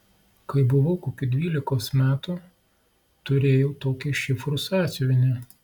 kai buvau kokių dvylikos metų turėjau tokį šifrų sąsiuvinį